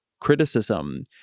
criticism